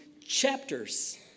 Chapters